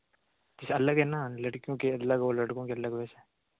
कुछ अलग है ना लडकियों के अलग और लडकों के अलग वैसे